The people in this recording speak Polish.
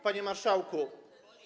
Panie Marszałku!